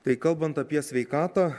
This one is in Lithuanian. tai kalbant apie sveikatą